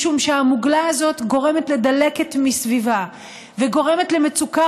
משום שהמוגלה הזאת גורמת לדלקת מסביבה וגורמת למצוקה